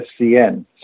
SCN